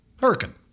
Hurricane